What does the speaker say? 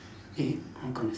eh